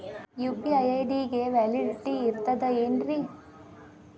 UPI ID ಗೆ validity ಇರತದ ಏನ್ರಿ?